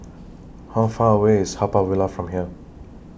How Far away IS Haw Par Villa from here